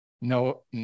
No